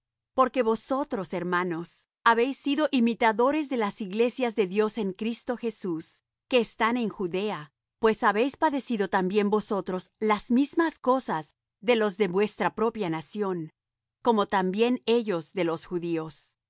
porque vosotros hermanos habéis sido imitadores de las iglesias de dios en cristo jesús que están en judea pues habéis padecido también vosotros las mismas cosas de los de vuestra propia nación como también ellos de los judíos